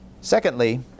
Secondly